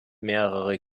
mehrere